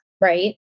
right